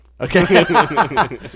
Okay